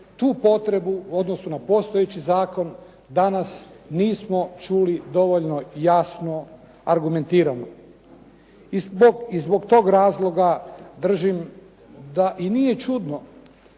tu potrebu u odnosu na postojeći zakon danas nismo čuli dovoljno jasno argumentirano. I zbog tog razloga držim da i nije čudno